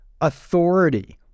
Authority